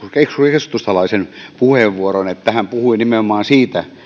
keskustalaisen puheenvuoron että hän puhui nimenomaan siitä